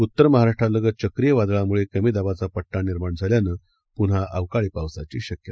उत्तर महाराष्ट्रालगत चक्रीय वादळामुळे कमी दाबाचा पट्टा निर्माण झाल्यानं पुन्हा अवकाळी पावसाची शक्यता